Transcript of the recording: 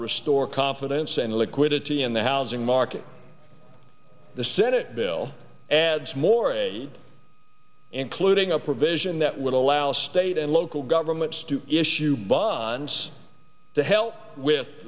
restore confidence and liquidity in the housing market the senate bill and more a including a provision that would allow state and local governments to issue bonds to help with